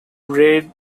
read